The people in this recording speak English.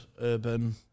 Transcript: Urban